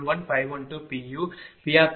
0111512 p